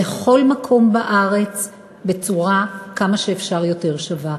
בכל מקום בארץ בצורה כמה שאפשר יותר שווה,